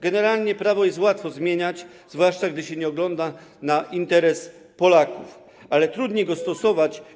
Generalnie prawo jest łatwo zmieniać, zwłaszcza gdy się nie ogląda na interes Polaków, ale trudniej je stosować.